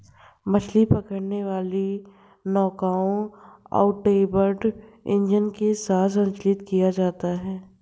मछली पकड़ने वाली नौकाओं आउटबोर्ड इंजन के साथ संचालित किया जाता है